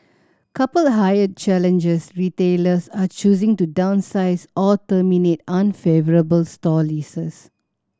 coupled hired challenges retailers are choosing to downsize or terminate unfavourable store leases